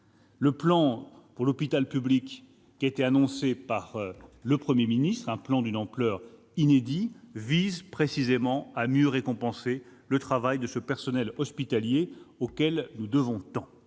Le plan pour l'hôpital public qui a été annoncé par le Premier ministre, d'une ampleur inédite, vise précisément à mieux récompenser le travail de ce personnel hospitalier auquel nous devons tant.